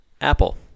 Apple